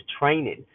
training